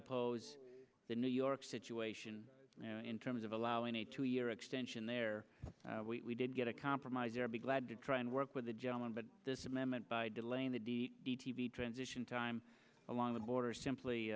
oppose the new york situation in terms of allowing a two year extension there we did get a compromise or be glad to try and work with the gentleman but this amendment by delaying the d the t v transition time along the border simply